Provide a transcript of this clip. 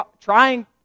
trying